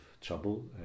trouble